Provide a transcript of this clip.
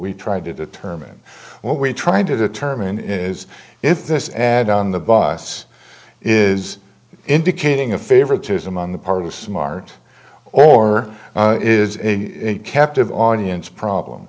we're trying to determine what we're trying to determine is if this ad on the bus is indicating a favoritism on the part of the smart or is a captive audience problem